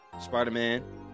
Spider-Man